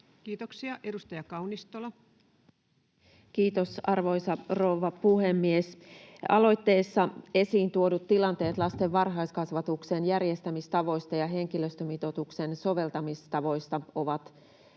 Time: 19:21 Content: Kiitos, arvoisa rouva puhemies! Aloitteessa esiin tuodut tilanteet lasten varhaiskasvatuksen järjestämistavoista ja henkilöstömitoituksen soveltamistavoista ovat